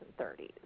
30s